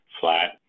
flat